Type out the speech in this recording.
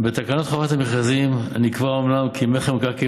אומנם בתקנות חובת המכרזים נקבע כי מכר מקרקעין